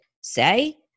say